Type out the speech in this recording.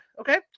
Okay